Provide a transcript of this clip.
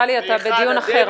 מכיוון העמלה היא בחוק היא 0.7%,